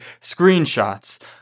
screenshots